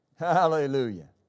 Hallelujah